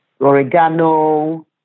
Oregano